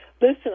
Listen